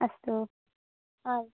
अस्तु आ